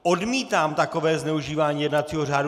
Odmítám takové zneužívání jednacího řádu.